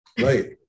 Right